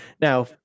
Now